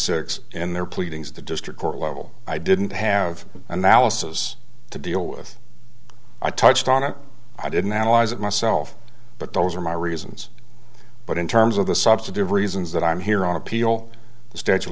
six in their pleadings the district court level i didn't have the analysis to deal with i touched on it i didn't analyze it myself but those are my reasons but in terms of the substantive reasons that i'm here on appeal the statue of